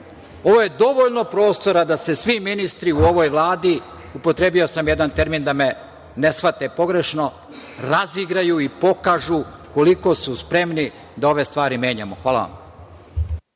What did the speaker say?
ovo je dovoljno prostora da se svi ministri u ovoj Vladi, upotrebio sam jedan termin da me ne shvate pogrešno, "razigraju" i pokažu koliko su spremni da ove stvari menjamo. Hvala vam.